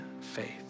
faith